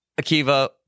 Akiva